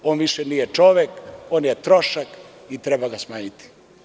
On više nije čovek, on je trošak i treba ga smanjiti.